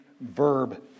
verb